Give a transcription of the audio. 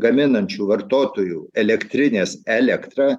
gaminančių vartotojų elektrinės elektrą